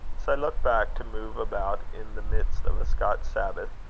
as i look back, to move about in the mists of a scotch sabbath,